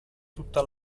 tutta